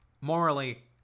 morally